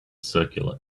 circular